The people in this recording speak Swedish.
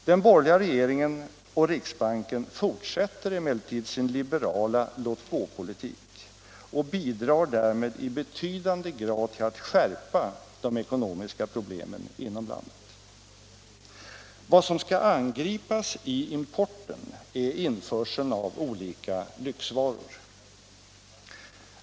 Den borgerliga regeringen och riksbanken fortsätter emellertid sin liberala låtgåpolitik och bidrar därmed i betydande grad till att skärpa de ekonomiska problemen inom landet. Vad som skall angripas i importen är införseln av olika lyxvaror.